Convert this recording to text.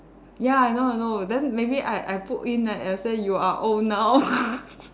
ya I know I know then maybe I I put in like let's say you are old now